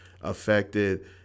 affected